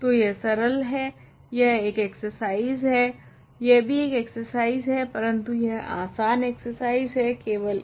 तो यह सरल है यह एक एक्सर्साइज़ है यह भी एक एक्सर्साइज़ है परंतु यह आसान एक्सर्साइज़ है यह थोड़ा ही अधिक कार्य है